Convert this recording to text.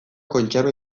kontserba